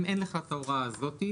אם אין לך את ההוראה הזאת,